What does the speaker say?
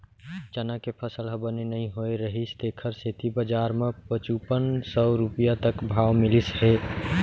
चना के फसल ह बने नइ होए रहिस तेखर सेती बजार म पचुपन सव रूपिया तक भाव मिलिस हे